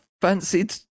fancied